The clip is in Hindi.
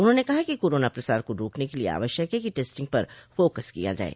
उन्होंने कहा कि कोरोना प्रसार को रोकने के लिये आवश्यक है कि टेस्टिंग पर फोकस किया जाये